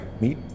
meet